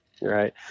right